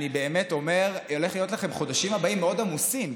אני באמת אומר שהחודשים הבאים הולכים להיות לכם מאוד עמוסים,